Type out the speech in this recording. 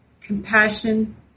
compassion